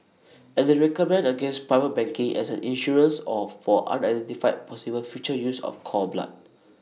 and they recommend against private banking as an insurance or for unidentified possible future use of cord blood